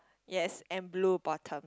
yes and blue bottom